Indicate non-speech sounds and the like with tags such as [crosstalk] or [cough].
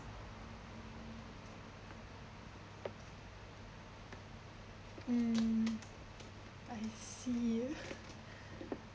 mm I see [laughs]